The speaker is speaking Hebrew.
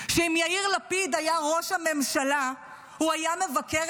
שאם יאיר לפיד היה ראש הממשלה הוא היה מבקר